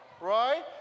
Right